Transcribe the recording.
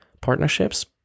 partnerships